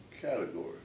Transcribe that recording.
category